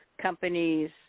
companies